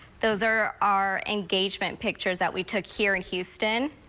those are our engagement pictures that we took here in houston.